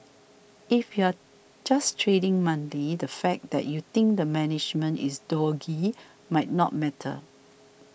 if you're just trading monthly the fact that you think the management is dodgy might not matter